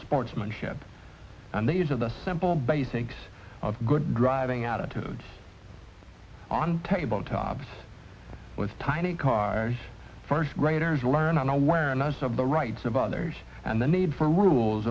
sportsmanship and these are the simple basics of good driving attitudes on tabletops with tiny cars first graders learn on awareness of the rights of others and the need for rules